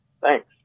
Thanks